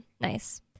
nice